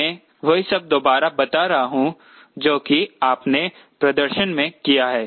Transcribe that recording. मैं वही सब दोबारा बता रहा हूं जो कि आपने प्रदर्शन में किया है